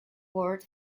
word